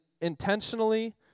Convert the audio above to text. intentionally